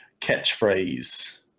catchphrase